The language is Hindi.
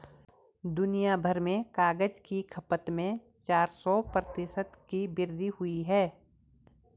दुनियाभर में कागज की खपत में चार सौ प्रतिशत की वृद्धि हुई है